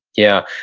yeah.